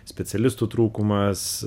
specialistų trūkumas